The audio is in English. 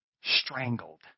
strangled